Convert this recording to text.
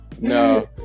no